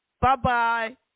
Bye-bye